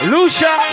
Lucia